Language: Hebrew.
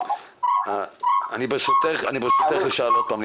אני ברשותך אחדד ואשאל שוב.